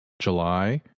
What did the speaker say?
July